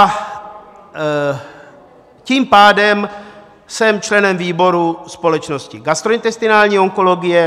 A tím pádem jsem členem výboru společnosti gastrointestinální onkologie.